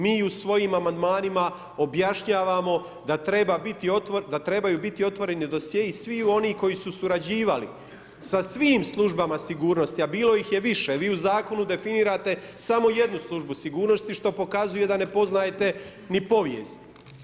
Mi u svojim amandmanima objašnjavamo da trebaju biti otvoreni dosjei sviju onih koji su surađivali, sa svim službama sigurnosti, a bilo ih je više, vi u zakonu definirate samo jednu službu sigurnosti, što pokazuje da ne poznajete ni povijest.